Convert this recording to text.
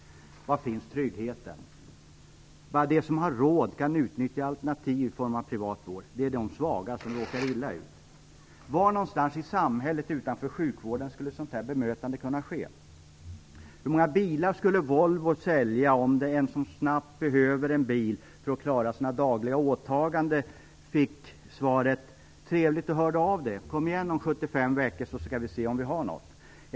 Var finns tryggheten? Bara de som har råd kan utnyttja alternativ i form av privat vård. Det är de svaga som råkar illa ut. Var någonstans i samhället utanför sjukvården skulle sådant här bemötande kunna ske? Hur många bilar skulle Volvo sälja om den som snabbt behöver en bil för att klara sina dagliga åtaganden fick svaret: Trevligt att du hörde av dig. Kom igen om 75 veckor så skall vi se om vi har något!